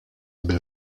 bil